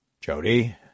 Jody